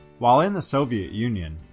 while in the soviet union,